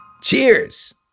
Cheers